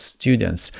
students